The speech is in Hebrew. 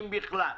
אם בכלל.